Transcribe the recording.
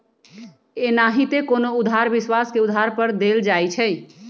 एनाहिते कोनो उधार विश्वास के आधार पर देल जाइ छइ